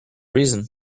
reason